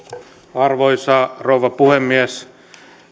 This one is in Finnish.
arvoisa rouva puhemies